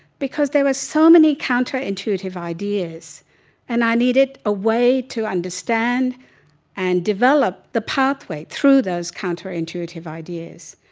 because there were so many counterintuitive ideas and i needed a way to understand and develop the pathway through those counterintuitive ideas.